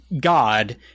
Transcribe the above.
god